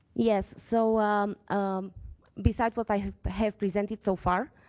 yes. so besides what i have have presented so far,